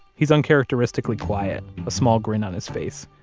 he's uncharacteristically quiet, a small grin on his face.